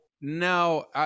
No